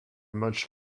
much